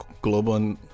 global